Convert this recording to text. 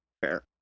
Fair